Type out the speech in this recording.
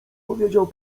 powiedział